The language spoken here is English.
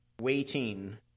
waiting